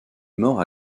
mort